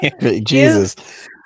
Jesus